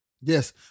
Yes